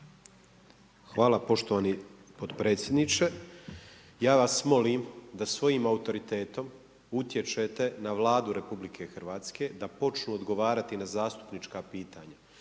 Hvala poštovani potpredsjedniče. Ja vas molim da svojim autoritetom utječete na Vladu Republike Hrvatske da počnu odgovarati na zastupnička pitanja.